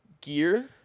gear